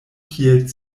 kiel